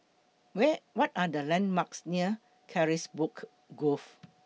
Where What Are The landmarks near Carisbrooke Grove